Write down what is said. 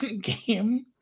game